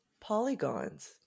polygons